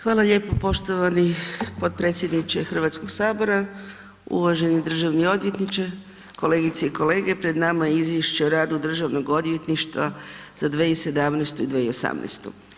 Hvala lijepo poštovani potpredsjedniče Hrvatskog sabora, uvaženi državni odvjetniče, kolegice i kolege, pred nama je Izvješće o radu Državnog odvjetništva za 2017. i 2018.